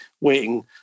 waiting